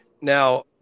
Now